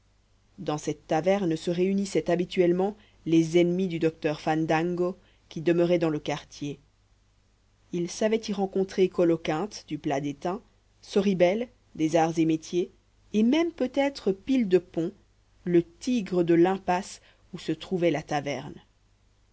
dans cette taverne se réunissaient habituellement les ennemis du docteur fandango qui demeuraient dans le quartier il savait y rencontrer coloquinte du plat détain sorribel des arts et métiers et même peut-être pile de pont le tigre de l'impasse où se trouvait la taverne